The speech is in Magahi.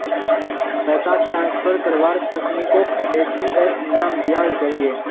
पैसाक ट्रान्सफर कारवार तकनीकोक ई.सी.एस नाम दियाल गहिये